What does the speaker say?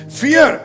fear